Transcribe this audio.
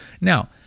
Now